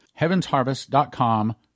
HeavensHarvest.com